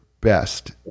best